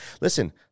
Listen